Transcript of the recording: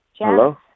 Hello